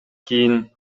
кийин